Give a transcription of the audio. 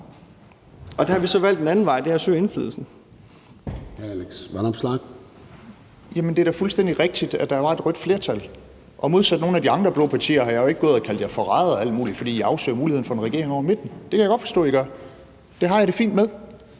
Alex Vanopslagh. Kl. 14:14 Alex Vanopslagh (LA): Jamen det er da fuldstændig rigtigt, at der var et rødt flertal. Og modsat nogle af de andre blå partier har jeg jo ikke gået og kaldt jer forrædere, fordi I afsøger muligheden for en regering hen over midten. Det kan jeg godt forstå I gør; det har jeg det fint med.